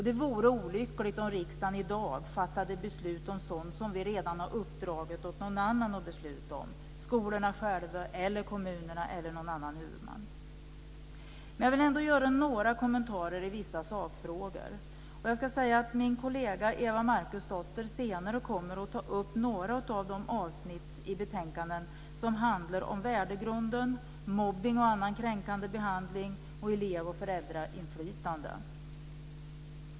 Det vore olyckligt om riksdagen i dag fattade beslut om sådant som vi redan har uppdragit åt andra att besluta om - skolorna själva, kommunerna eller någon annan huvudman. Jag vill ändå göra några kommentarer i vissa sakfrågor. Min kollega Eva Marcusdotter kommer senare att ta upp några avsnitt i betänkandet som handlar om värdegrunden, mobbning och annan kränkande behandling och elev och föräldrainflytande.